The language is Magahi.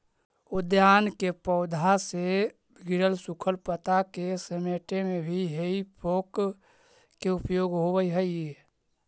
उद्यान के पौधा से गिरल सूखल पता के समेटे में भी हेइ फोक के उपयोग होवऽ हई